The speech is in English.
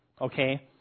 Okay